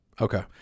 Okay